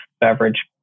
beverage